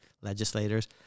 legislators